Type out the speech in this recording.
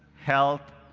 health,